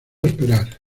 esperar